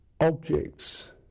objects